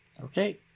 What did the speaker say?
okay